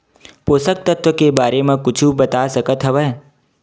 पोषक तत्व के बारे मा कुछु बता सकत हवय?